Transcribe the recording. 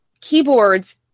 keyboards